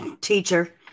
teacher